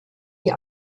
die